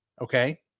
okay